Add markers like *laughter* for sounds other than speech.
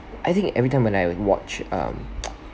I think every time when I watch um *noise*